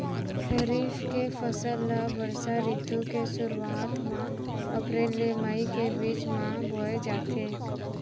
खरीफ के फसल ला बरसा रितु के सुरुवात मा अप्रेल ले मई के बीच मा बोए जाथे